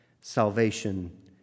salvation